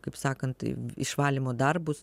kaip sakant išvalymo darbus